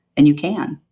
and you can.